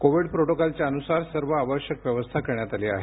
Covid प्रोटोकॉलघ्या अनुसार सर्व आवश्यक व्यवस्था करण्यात आली आहे